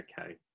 okay